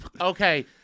Okay